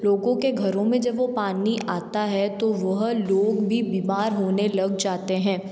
लोगों के घरों में जब वो पानी आता है तो वह लोग भी बीमार होने लग जाते हैं